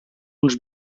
uns